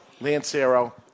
Lancero